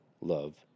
love